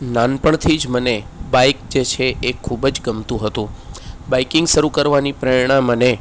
નાનપણથી જ મને બાઈક જે છે એ ખૂબ જ ગમતું હતું બાઈકિંગ શરૂ કરવાની પ્રેરણા મને